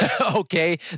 Okay